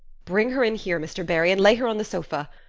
bring her in here, mr. barry, and lay her on the sofa.